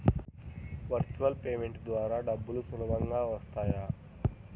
Virtual payment ద్వారా డబ్బులు సులభంగా వస్తాయా?